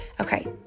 Okay